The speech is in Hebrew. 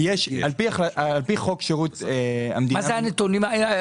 זה צריך להיעשות עכשיו.